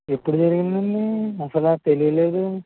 ఎప్పుడు జరిగిందండి అసలా తెలియలేదు